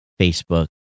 Facebook